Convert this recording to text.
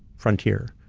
frontier.